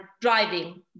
driving